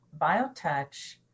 biotouch